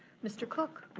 mr. cook.